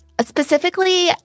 specifically